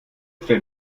stell